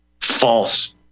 false